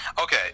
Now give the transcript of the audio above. Okay